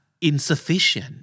insufficient